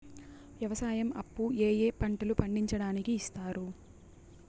వ్యవసాయం అప్పు ఏ ఏ పంటలు పండించడానికి ఇస్తారు?